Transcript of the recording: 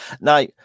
Now